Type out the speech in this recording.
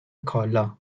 کالا